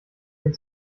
den